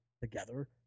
together